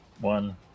One